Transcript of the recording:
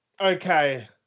okay